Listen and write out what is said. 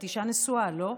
את אישה נשואה, לא?